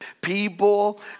people